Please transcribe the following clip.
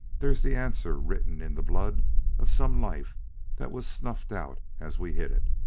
there's the answer written in the blood of some life that was snuffed out as we hit it.